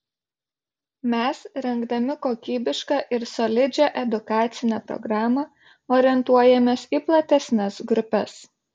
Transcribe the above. mes rengdami kokybišką ir solidžią edukacinę programą orientuojamės į platesnes grupes